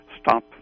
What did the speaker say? stop